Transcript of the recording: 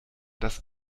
das